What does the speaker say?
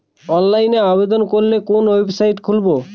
অনলাইনে আবেদন করলে কোন ওয়েবসাইট খুলব?